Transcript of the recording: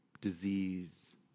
disease